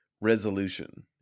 resolution